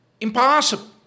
impossible